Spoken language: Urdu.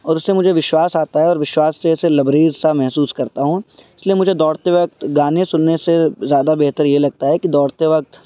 اور اس سے مجھے وشواس آتا ہے اور وشواس سے ایسے لبریز سا محسوس کرتا ہوں اس لیے مجھے دوڑتے وقت گانے سننے سے زیادہ بہتر یہ لگتا ہے کہ دوڑتے وقت